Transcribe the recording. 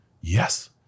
Yes